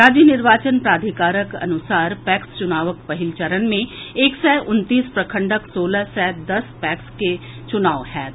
राज्य निर्वाचन प्राधिकारक अनुसार पैक्स चुनावक पहिल चरण मे एक सय उनतीस प्रखंडक सोलह सय दस पैक्सक चुनाव होयत